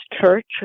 church